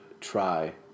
try